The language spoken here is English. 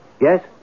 Yes